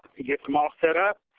he gets them all set up.